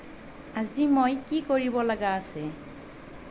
আজি মই কি কৰিব লগা আছে